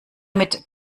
mit